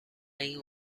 این